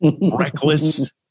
reckless